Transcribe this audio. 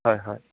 হয় হয়